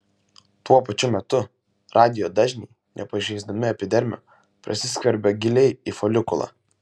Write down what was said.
tuo pačiu metu radijo dažniai nepažeisdami epidermio prasiskverbia giliai į folikulą